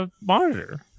monitor